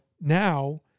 now